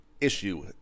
issue